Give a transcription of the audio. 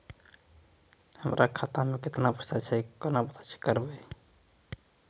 हमरा खाता मे केतना पैसा छै, केना पता करबै?